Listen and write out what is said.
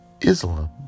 Islam